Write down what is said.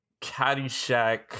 Caddyshack